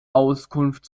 auskunft